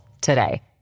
today